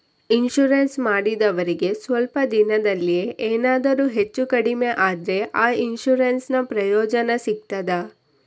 Insurance ಮಾಡಿದವರಿಗೆ ಸ್ವಲ್ಪ ದಿನದಲ್ಲಿಯೇ ಎನಾದರೂ ಹೆಚ್ಚು ಕಡಿಮೆ ಆದ್ರೆ ಆ ಇನ್ಸೂರೆನ್ಸ್ ನ ಪ್ರಯೋಜನ ಸಿಗ್ತದ?